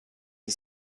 این